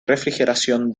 refrigeración